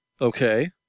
Okay